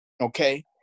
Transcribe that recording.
Okay